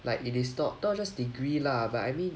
like it is not not just degree lah but I mean